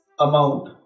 amount